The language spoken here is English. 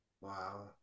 Wow